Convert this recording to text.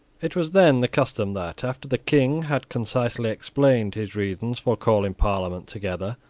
it was then the custom that, after the king had concisely explained his reasons for calling parliament together,